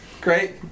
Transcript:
Great